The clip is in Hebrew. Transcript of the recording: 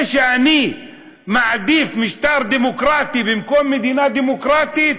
זה שאני מעדיף משטר דמוקרטי במקום מדינה דמוקרטית,